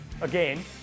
Again